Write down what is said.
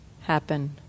happen